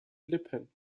lippen